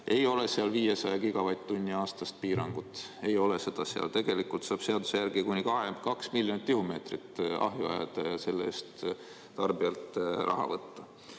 Ei ole seal 500 gigavatt-tunni suurust aastast piirangut, ei ole seda seal. Tegelikult saab seaduse järgi kuni 2 miljonit tihumeetrit ahju ajada ja selle eest tarbijalt raha võtta.